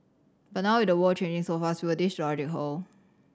but now at the world changing so fast will this logic hold